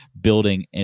building